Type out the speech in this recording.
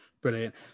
brilliant